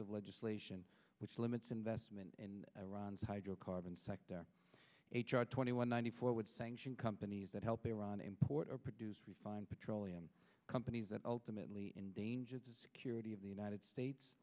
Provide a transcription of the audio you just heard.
of legislation which limits investment in iran's hydrocarbon sector twenty one ninety four would sanction companies that help iran import or produce fine petroleum companies that ultimately endangered the security of the united states